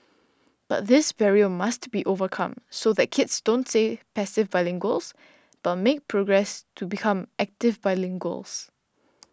but this barrier must be overcome so that kids don't stay passive bilinguals but make progress to become active bilinguals